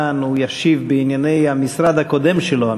שישיב בשם המשרד הקודם שלו,